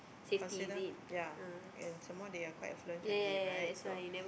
consider ya and some more they are quite affluent family right so